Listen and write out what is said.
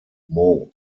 moe